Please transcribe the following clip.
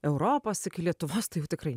europos iki lietuvos tai jau tikrai